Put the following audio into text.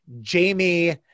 Jamie